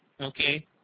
okay